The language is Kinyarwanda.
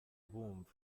bumva